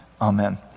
amen